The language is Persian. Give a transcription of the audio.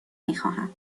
میخواهم